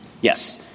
Yes